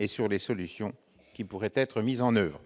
et les solutions qui pourraient être mises en oeuvre,